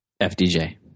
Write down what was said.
FDJ